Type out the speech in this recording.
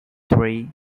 three